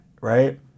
right